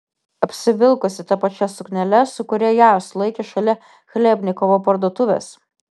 apsivilkusi ta pačia suknele su kuria ją sulaikė šalia chlebnikovo parduotuvės